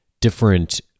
different